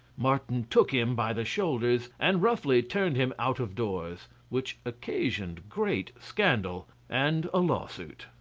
martin took him by the shoulders and roughly turned him out of doors which occasioned great scandal and a law-suit.